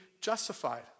justified